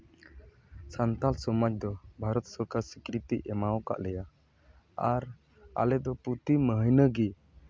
ᱥᱟᱱᱛᱟᱞ ᱥᱚᱢᱟᱡᱽ ᱫᱚ ᱵᱷᱟᱨᱚᱛ ᱥᱚᱨᱠᱟᱨ ᱥᱤᱠᱨᱤᱛᱤ ᱮᱢᱟᱠᱟᱫ ᱞᱮᱭᱟ ᱟᱨ ᱟᱞᱮᱫᱚ ᱯᱨᱚᱛᱚᱤ ᱢᱟᱹᱦᱱᱟᱹ ᱜᱮ